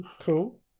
cool